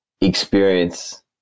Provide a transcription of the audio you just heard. experience